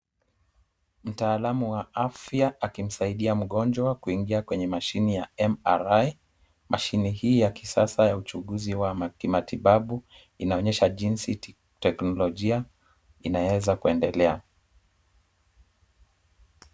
Mtaalam wa afya akimsaidia mgonjwa kuingia kwenye mashini ya MRI. Mashini hii ya kisasa ya uchunguzi wa kimatibabu inaonyesha jinsi teknolojia inaeza kuendelea.